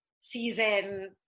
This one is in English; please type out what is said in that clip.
season